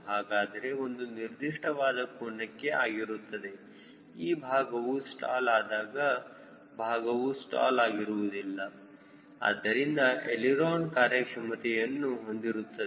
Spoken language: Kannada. ಹಾಗಾದರೆ ಅದು ನಿರ್ದಿಷ್ಟವಾದ ಕೋನಕ್ಕೆ ಆಗಿರುತ್ತದೆ ಈ ಭಾಗವು ಸ್ಟಾಲ್ ಆದಾಗ ಭಾಗವು ಸ್ಟಾಲ್ ಆಗುವುದಿಲ್ಲ ಇದರಿಂದ ಎಳಿರೋನ ಕಾರ್ಯಕ್ಷಮತೆಯನ್ನು ಹೊಂದಿರುತ್ತದೆ